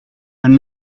and